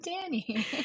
Danny